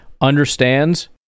understands